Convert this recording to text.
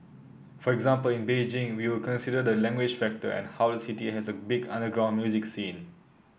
for example in Beijing we will consider the language factor and how the city has a big underground music scene